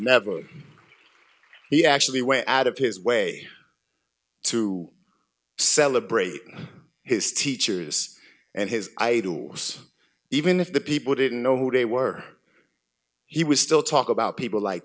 never he actually way out of his way to celebrate his teachers and his eye to us even if the people didn't know who they were he was still talk about people like